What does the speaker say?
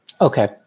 Okay